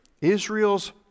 Israel's